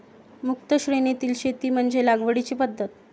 मुक्त श्रेणीतील शेती म्हणजे लागवडीची पद्धत